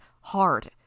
hard